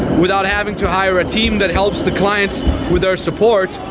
without having to hire a team that helps the clients with our support.